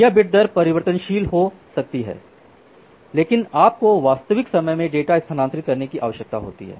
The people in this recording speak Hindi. यहाँ बिट दर परिवर्तनशील हो सकती है लेकिन आपको वास्तविक समय में डेटा स्थानांतरित करने की आवश्यकता होती है